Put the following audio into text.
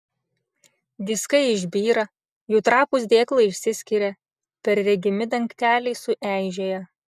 diskai išbyra jų trapūs dėklai išsiskiria perregimi dangteliai sueižėja